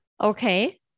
Okay